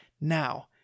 Now